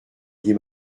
dit